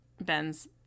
Ben's